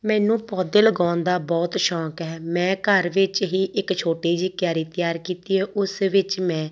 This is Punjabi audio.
ਮੈਨੂੰ ਪੌਦੇ ਲਗਾਉਣ ਦਾ ਬਹੁਤ ਸ਼ੌਂਕ ਹੈ ਮੈਂ ਘਰ ਵਿੱਚ ਹੀ ਇੱਕ ਛੋਟੀ ਜਿਹੀ ਕਿਆਰੀ ਤਿਆਰ ਕੀਤੀ ਹੈ ਉਸ ਵਿੱਚ ਮੈਂ